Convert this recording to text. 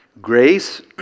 Grace